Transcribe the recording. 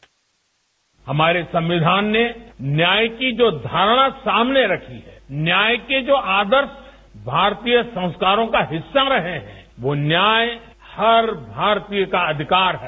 bite हमारे संविधान ने न्याय की जो धारणा सामने रखी है न्याय के जो आदर्श भारतीय संस्कारों का हिस्सा रहे हैं वो न्याय हर भारतीय का अधिकार है